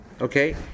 Okay